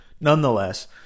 nonetheless